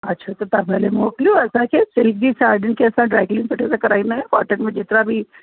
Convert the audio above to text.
अच्छा त तव्हां पहिले मोकिलियो असांखे सिल्क जी साड़ियुनि खे असां ड्रायक्लीन सुठे सां कराईंदा आहियूं कॉटन में जेतिरा बि